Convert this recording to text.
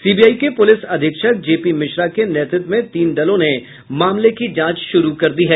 CBI के police अधीक्षक जेपी मिश्रा के नेतृत्व में तीन दलों ने मामले की जांच शुरू कर दी है